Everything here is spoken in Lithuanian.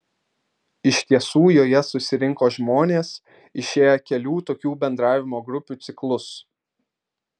iš tiesų joje susirinko žmonės išėję kelių tokių bendravimo grupių ciklus